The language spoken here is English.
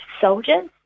soldiers